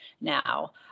now